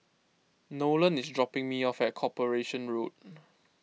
Nolen is dropping me off at Corporation Road